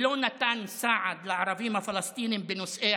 שלא נתן סעד לערבים הפלסטינים בנושאי